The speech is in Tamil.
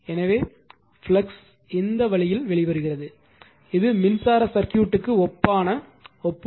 எனவே ஃப்ளக்ஸ் இந்த வழியில் வெளிவருகிறது இது மின்சார சர்க்யூட்க்கு ஒப்பான ஒப்புமை